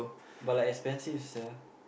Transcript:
but like expensive sia